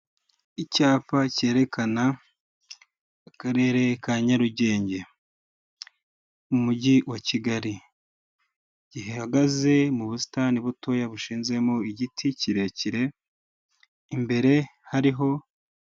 Icyapa cyerekana Akarere ka Nyarugenge, mu mujyi wa Kigali, gihagaze mu busitani butoya bushinzemo igiti kirekire, imbere hariho.